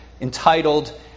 Entitled